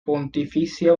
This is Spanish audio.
pontificia